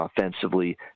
offensively